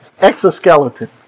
exoskeleton